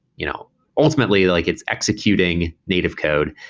you know ultimately, like it's executing native code.